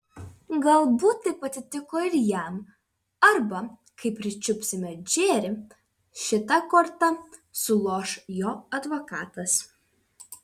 galbūt taip atsitiko ir jam arba kai pričiupsime džerį šita korta suloš jo advokatas